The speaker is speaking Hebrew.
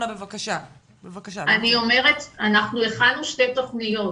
אנחנו הכנו 2 תכניות.